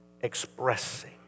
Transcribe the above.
expressing